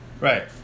Right